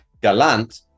galant